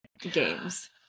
games